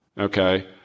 Okay